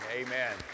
amen